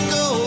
go